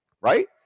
right